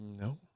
No